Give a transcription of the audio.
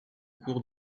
cours